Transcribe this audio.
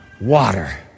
water